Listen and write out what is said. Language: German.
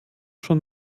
schon